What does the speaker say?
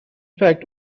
fact